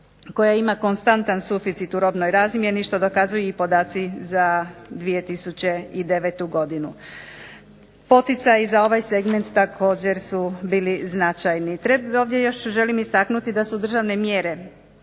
koja ima konstantan suficit u robnoj razmjeni što dokazuju i podaci za 2009. godinu. Poticaji za ovaj segment također su bili značajni. Želim još ovdje istaknuti da su državne mjere